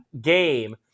game